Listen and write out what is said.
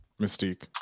Mystique